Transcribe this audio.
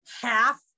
half